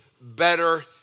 better